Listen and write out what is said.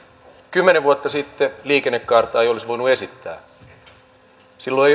kymmenen vuotta sitten liikennekaarta ei olisi voinut esittää silloin